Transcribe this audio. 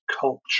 culture